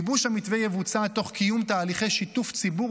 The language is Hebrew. גיבוש המתווה יבוצע תוך קיום תהליכי שיתוף הציבור